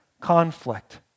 conflict